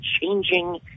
changing